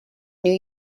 new